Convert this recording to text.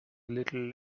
little